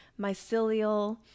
mycelial